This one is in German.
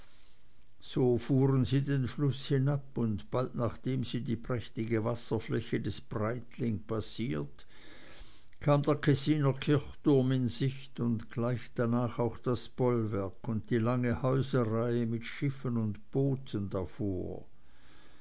so fuhren sie den fluß hinab und bald nachdem sie die prächtige wasserfläche des breitling passiert kam der kessiner kirchturm in sicht und gleich danach auch das bollwerk und die lange häuserreihe mit schiffen und booten davor